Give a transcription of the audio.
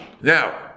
Now